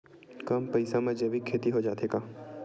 कम पईसा मा जैविक खेती हो जाथे का?